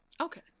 Okay